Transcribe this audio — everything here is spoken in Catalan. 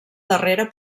darrera